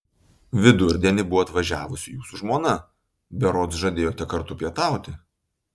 vidurdienį buvo atvažiavusi jūsų žmona berods žadėjote kartu pietauti